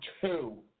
two